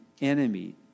enemy